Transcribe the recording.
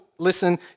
Listen